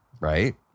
Right